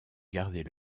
garder